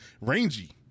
rangy